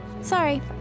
Sorry